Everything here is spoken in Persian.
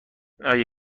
آیا